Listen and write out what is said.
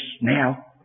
now